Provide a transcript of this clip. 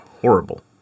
horrible